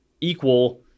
equal